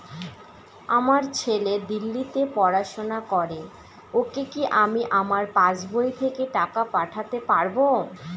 আমার ছেলে দিল্লীতে পড়াশোনা করে ওকে কি আমি আমার পাসবই থেকে টাকা পাঠাতে পারব?